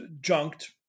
junked